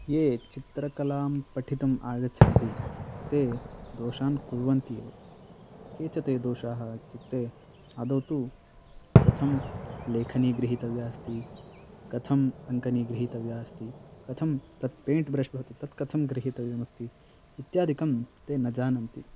ये चित्रकलां पठितुम् आगच्छन्ति ते दोषान् कुर्वन्ति एव के च ते दोषाः इत्युक्ते आदौ तु कथं लेखनी गृहीतव्या अस्ति कथम् अङ्कनी गृहीतव्या अस्ति कथं तत् पेण्ट् ब्रष् भवति तत् कथं गृहीतव्यमस्ति इत्यादिकं ते न जानन्ति